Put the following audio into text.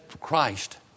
Christ